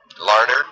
Larder